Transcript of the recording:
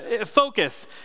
focus